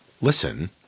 Listen